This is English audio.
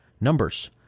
numbers